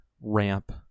ramp